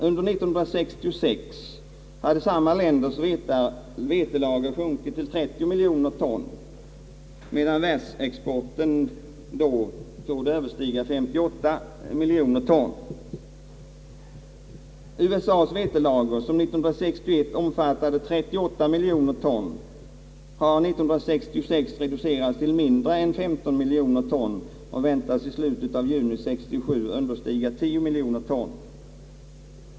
Under år 1966 har samma länders vetelager sjunkit till 30 miljoner ton, medan världsexporten då torde överstiga 58 miljoner ton. USA:s vetelager, som 1961 omfattade 38 miljoner ton, har år 1966 reducerats till mindre än 15 miljoner ton och väntas i slutet av juni 1967 understiga 10 miljoner ton.